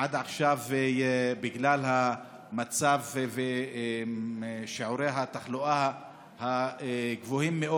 עד עכשיו בגלל המצב ושיעורי התחלואה הגבוהים מאוד